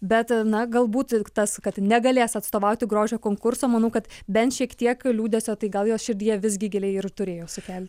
bet na galbūt tas kad negalės atstovauti grožio konkurso manau kad bent šiek tiek liūdesio tai gal jos širdyje visgi giliai ir turėjo sukelti